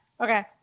Okay